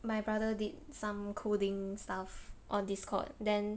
my brother did some coding stuff on Discord then